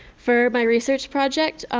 for my research project,